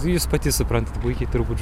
jūs pati suprantat puikiai turbūt